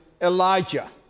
Elijah